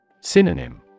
Synonym